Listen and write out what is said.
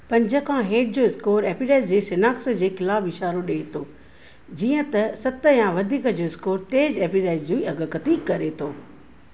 पंज खां हेठि जो स्कोर एपेंडिसाइज़ जी शिनाख़्त जे ख़िलाफ़ु इशारो ॾिए तो जीअं त सत या वधीक जो स्कोर तेज़ एपेंडिसाइट जी अॻकथी करे थो